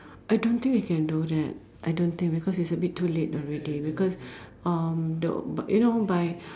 I don't think we can do that I don't think because it's a bit too late already because um the you know by